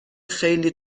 خیلی